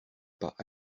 pas